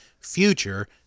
future